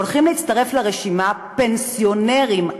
הולכים להצטרף לרשימה פנסיונרים,